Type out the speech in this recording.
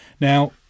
Now